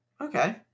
Okay